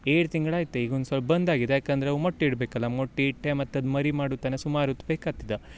ಏಳು ತಿಂಗ್ಳು ಆಯ್ತು ಈಗ ಒಂದು ಸೊಲ್ಪ ಬಂದಾಗಿದೆ ಯಾಕಂದ್ರೆ ಅವ ಮೊಟ್ಟೆ ಇಡ್ಬೇಕಲ್ಲಾ ಮೊಟ್ಟೆ ಇಟ್ಟು ಮತ್ತು ಅದು ಮರಿ ಮಾಡುತನ ಸುಮಾರೊತ್ತು ಬೇಕಾತ್ತದ